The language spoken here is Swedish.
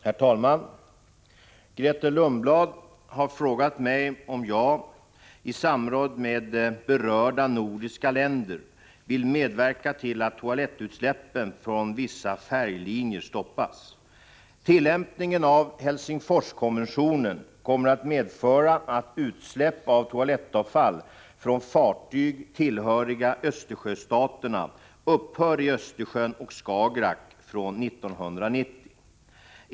Herr talman! Grethe Lundblad har frågat statsrådet Ingvar Carlsson om han — i samråd med berörda nordiska länder — vill medverka till att toalettutsläppen från vissa färjelinjer stoppas. Arbetet inom regeringen är så fördelat att det ankommer på mig att besvara frågan. Tillämpningen av Helsingforskonventionen kommer att medföra att utsläpp av toalettavfall från fartyg tillhöriga Östersjöstaterna upphör i Östersjön och Skagerrak från 1990.